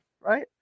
right